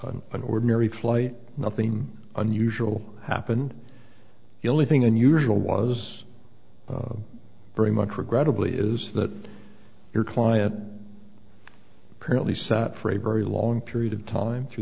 an ordinary flight nothing unusual happened the only thing unusual was very much regrettably is that your client apparently sat for a very long period of time through